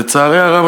לצערי הרב,